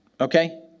Okay